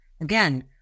Again